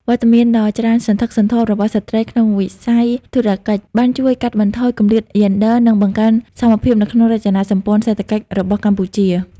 វត្តមានដ៏ច្រើនសន្ធឹកសន្ធាប់របស់ស្ត្រីក្នុងវិស័យធុរកិច្ច បានជួយកាត់បន្ថយគម្លាតយេនឌ័រ និងបង្កើនសមភាពនៅក្នុងរចនាសម្ព័ន្ធសេដ្ឋកិច្ចរបស់កម្ពុជា។